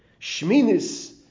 Shminis